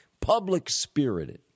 public-spirited